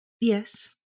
yes